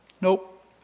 Nope